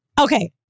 Okay